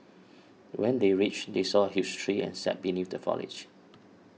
when they reached they saw a huge tree and sat beneath the foliage